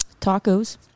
tacos